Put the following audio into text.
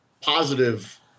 positive –